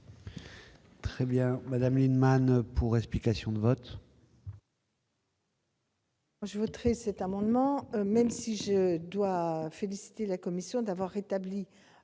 Marie-Noëlle Lienemann, pour explication de vote. Je voterai cet amendement, même si je dois féliciter la commission d'avoir rétabli